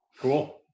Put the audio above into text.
Cool